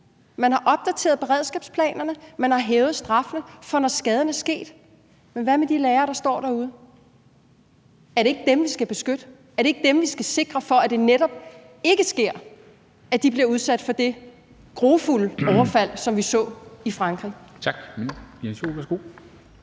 Man har opdateret beredskabsplanerne, man har hævet straffen, i forhold til når skaden er sket, men hvad med de lærere, der står derude? Er det ikke dem, vi skal beskytte? Er det ikke dem, vi skal sikre, så der netop ikke sker det, at de bliver udsat for et grufuldt overfald som det, vi så i Frankrig?